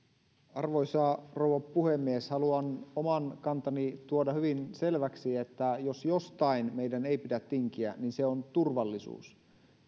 arvoisa rouva puhemies haluan oman kantani tuoda hyvin selväksi että jos jostain meidän ei pidä tinkiä niin se on turvallisuus